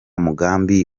mugambi